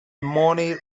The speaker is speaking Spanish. money